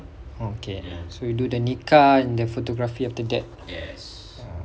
oh okay so we do the nikah and the photography after that